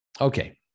Okay